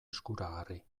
eskuragarri